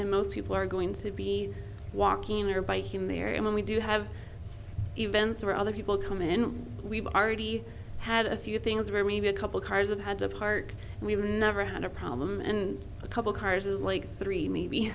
and most people are going to be walking there by him there and when we do have events or other people come in we've already had a few things where maybe a couple cars have had to park and we've never had a problem and a couple cars like three m